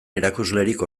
erakuslerik